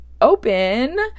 open